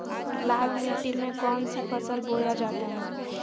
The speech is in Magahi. लाल मिट्टी में कौन सी फसल बोया जाता हैं?